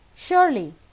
surely